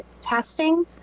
testing